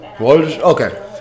Okay